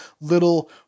little